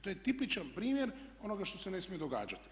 To je tipičan primjer onoga što se ne smije događati.